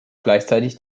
gleichzeitig